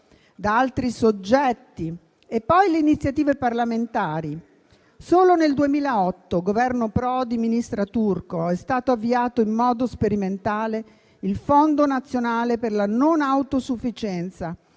da altri soggetti; e poi le iniziative parlamentari: solo nel 2008, sotto il Governo Prodi (ministra Turco), è stato avviato in modo sperimentale il Fondo nazionale per la non autosufficienza,